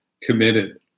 committed